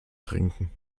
trinken